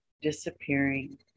disappearing